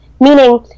meaning